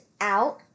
out